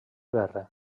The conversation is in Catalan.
guerra